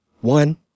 one